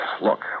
look